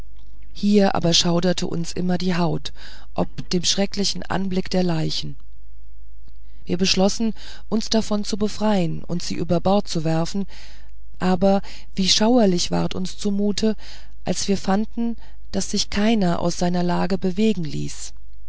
hier schauderte uns immer die haut ob dem schrecklichen anblick der leichen wir beschlossen uns davon zu befreien und sie über bord zu werfen aber wie schauerlich ward uns zumut als wir fanden daß sich keiner aus seiner lage bewegen ließ